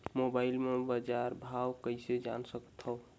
Mobile म बजार भाव कइसे जान सकथव?